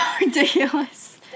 ridiculous